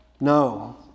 no